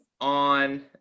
on